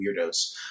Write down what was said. weirdos